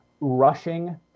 rushing